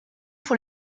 pour